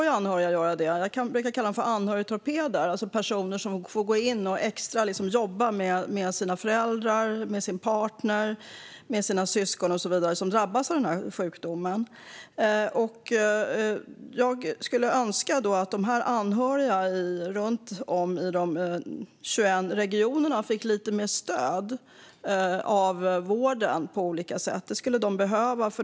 Jag brukar kalla dem anhörigtorpeder, alltså personer som får gå in och jobba extra med sina föräldrar, sin partner, sina syskon och så vidare när dessa drabbas av den här sjukdomen. Jag skulle önska att dessa anhöriga runt om i de 21 regionerna fick lite mer stöd av vården på olika sätt. Det skulle de behöva.